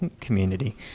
community